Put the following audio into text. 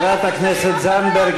תטפל בזה.